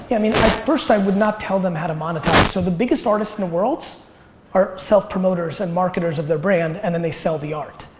yeah i mean first, i would not tell them how to monetize. so the biggest artists in the world are self promoters and marketers of their brand and then they sell the art.